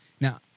Now